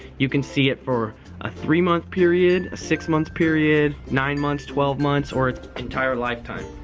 you can see it for a three month period, a six month period, nine months, twelve months or entire lifetime.